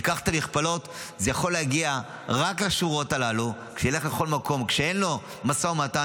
ניקח את המכפלות: זה יכול להגיע רק בשורות הללו כשאין לו משא ומתן,